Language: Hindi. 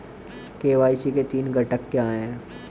के.वाई.सी के तीन घटक क्या हैं?